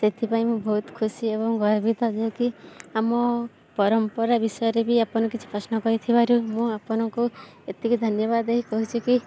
ସେଥିପାଇଁ ମୁଁ ବହୁତ ଖୁସି ଏବଂ ଗର୍ବିତ ଯେ କି ଆମ ପରମ୍ପରା ବିଷୟରେ ବି ଆପଣ କିଛି ପ୍ରଶ୍ନ କରିଥିବାରୁ ମୁଁ ଆପଣଙ୍କୁ ଏତିକି ଧନ୍ୟବାଦ ଦେଇ କହୁଛି କି